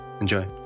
Enjoy